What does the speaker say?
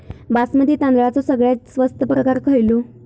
बासमती तांदळाचो सगळ्यात स्वस्त प्रकार खयलो?